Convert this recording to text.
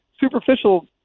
superficial